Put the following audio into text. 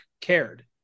cared